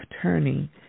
turning